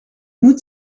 moet